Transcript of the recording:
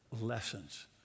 lessons